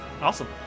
Awesome